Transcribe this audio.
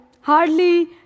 hardly